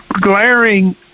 glaring